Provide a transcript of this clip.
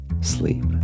sleep